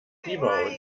fieber